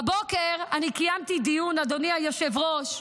בבוקר אני קיימתי דיון, אדוני היושב-ראש,